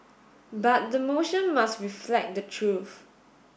but the motion must reflect the truth